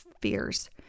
fears